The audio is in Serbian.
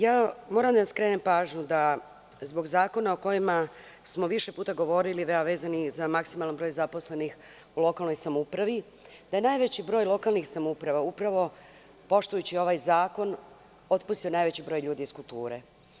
Ja moram da skrenem pažnju da zbog zakona o kojima smo više puta govorili, vezano za maksimalni broj zaposlenih u lokalnoj samoupravi, da je najveći broj lokalnih samouprava, upravo poštujući ovaj zakon, otpustio najveći broj ljudi iz kulture.